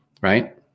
right